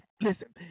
listen